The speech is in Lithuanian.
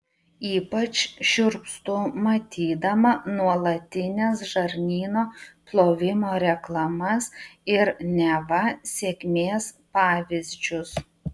ypač šiurpstu matydama nuolatines žarnyno plovimo reklamas ir neva sėkmės pavyzdžius